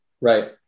Right